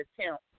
attempt